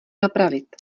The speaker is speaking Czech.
napravit